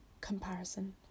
comparison